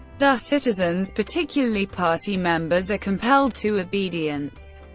thus, citizens, particularly party members, are compelled to obedience.